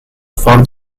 ffordd